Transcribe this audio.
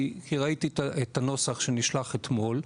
כי ראיתי את הנוסח שנשלח אתמול.